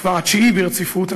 כבר התשיעי ברציפות,